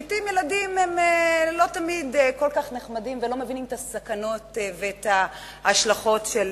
ילדים הם לא תמיד כל כך נחמדים ולא מבינים את הסכנות ואת ההשלכות של